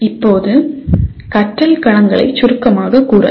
இப்போது கற்றல் களங்களை சுருக்கமாகக் கூறலாம்